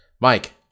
Mike